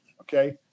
okay